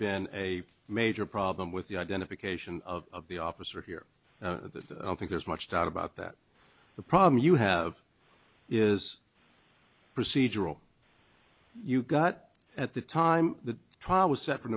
been a major problem with the identification of the officer here that i think there's much doubt about that the problem you have is procedural you've got at the time the trial was se